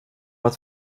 att